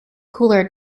cooler